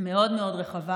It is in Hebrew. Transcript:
מאוד מאוד רחבה.